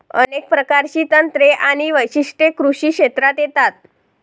अनेक प्रकारची तंत्रे आणि वैशिष्ट्ये कृषी क्षेत्रात येतात